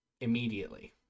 immediately